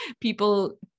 people